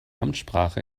amtssprache